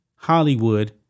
Hollywood